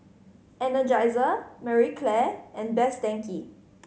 Energizer Marie Claire and Best Denki